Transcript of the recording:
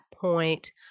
point